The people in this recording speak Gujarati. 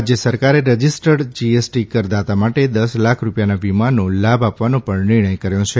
રાજય સરકારે રજીસ્ટડ જીએસટી કરદાતા માટે દશ લાખ રૂપિયાના વીમાનો લાભ આપવાનો પણ નિર્ણય કર્યો છે